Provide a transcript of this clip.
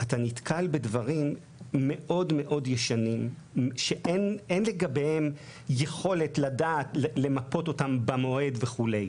אתה נתקל בדברים מאוד מאוד ישנים שאין יכולת למפות אותם במועד וכולי.